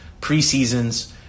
preseasons